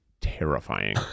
terrifying